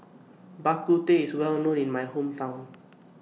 Bak Kut Teh IS Well known in My Hometown